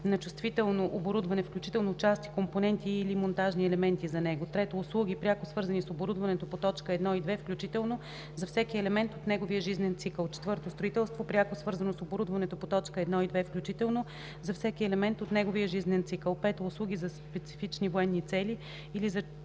на чувствително оборудване, включително части, компоненти и/или монтажни елементи за него; 3. услуги, пряко свързани с оборудването по т. 1 и 2 включително, за всеки елемент от неговия жизнен цикъл; 4. строителство, пряко свързано с оборудването по т. 1 и 2 включително, за всеки елемент от неговия жизнен цикъл; 5. услуги за специфични военни цели или за